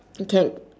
you can